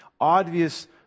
obvious